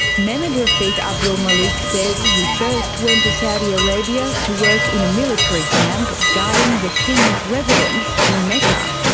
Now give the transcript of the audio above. memedrafeek abdulmaleek says he first went to saudi arabia to work in a military camp guarding the king's residence in mecca.